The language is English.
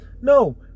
No